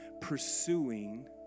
pursuing